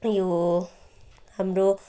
यो हाम्रो